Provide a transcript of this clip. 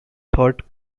taught